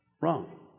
Wrong